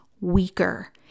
weaker